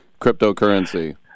cryptocurrency